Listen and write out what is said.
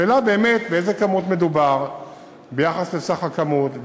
השאלה באמת באיזו כמות מדובר ביחס לסך הכמות,